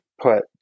put